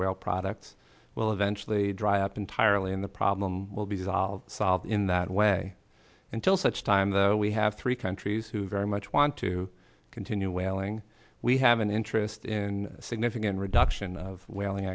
well product well eventually dry up entirely and the problem will be solved solved in that way until such time that we have three countries who very much and to continue whaling we have an interest in significant reduction of whaling